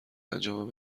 انجام